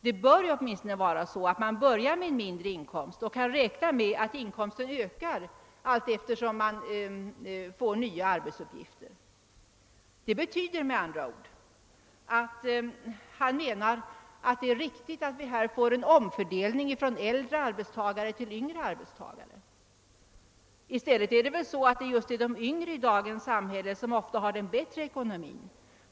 Det bör i varje fall vara så, att man börjar med en mindre inkomst och kan räkna med att inkomsten ökar allteftersom man får nya arbetsuppgifter. Finansministerns resonemang innebär med andra ord att han menar att det är riktigt med en omfördelning från äldre arbetstagare till yngre arbetstagare. Men i stället är det väl just de yngre i dagens samhälle som ofta har den bättre ekonomin.